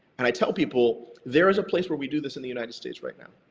and i tell people, there is a place where we do this in the united states right now.